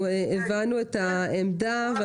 הבנו את העמדה.